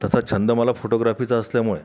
तसा छंद मला फोटोग्राफीचा असल्यामुळे